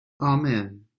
Amen